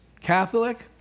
Catholic